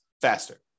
faster